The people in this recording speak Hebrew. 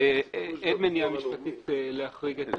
אין מניעה משפטית להחריג את